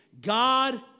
God